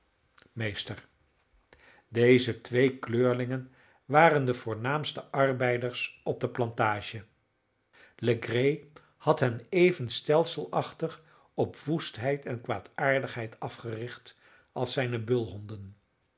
meester deze twee kleurlingen waren de voornaamste arbeiders op de plantage legree had hen even stelselachtig op woestheid en kwaardaardigheid afgericht als zijne bulhonden